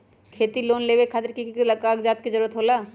खेती लोन लेबे खातिर की की कागजात के जरूरत होला?